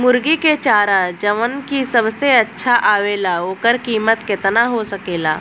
मुर्गी के चारा जवन की सबसे अच्छा आवेला ओकर कीमत केतना हो सकेला?